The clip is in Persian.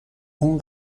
اون